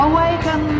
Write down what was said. Awaken